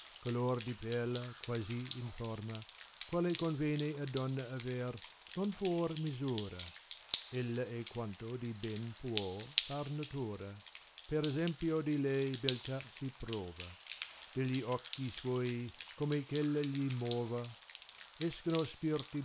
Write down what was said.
color di perla quasi iti forma quale convene a donna aver non fuor misnra ella è quanto di ben può far natura per esempio di lei beltà si prova degli occhi suoi come ch ella gli mova escono